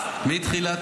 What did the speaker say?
וחרפה.